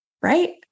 Right